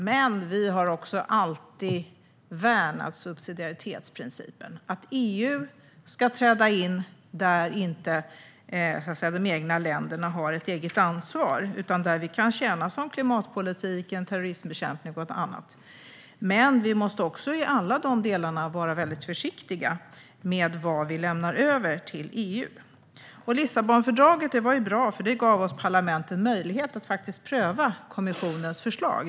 Men vi har också alltid värnat subsidiaritetsprincipen, det vill säga att EU ska träda in där de egna länderna inte har ett eget ansvar. Det handlar bland annat om klimatpolitiken och terroristbekämpning. Men vi måste också i alla dessa delar vara mycket försiktiga med vad vi lämnar över till EU. Lissabonfördraget var bra, eftersom det gav oss i parlamenten möjlighet att faktiskt pröva kommissionens förslag.